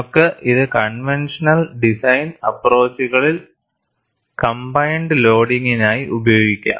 നമുക്ക് ഇത് conventional design അപ്പ്രോച്ചുകളിൽ കംബൈൻഡ് ലോഡിംഗിനായി ഉപയോഗിക്കാം